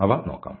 അവ നോക്കാം